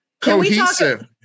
Cohesive